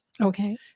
Okay